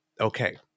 okay